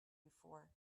before